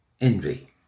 Envy